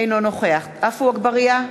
אינו נוכח עפו אגבאריה,